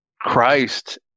Christ